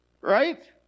Right